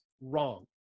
wrong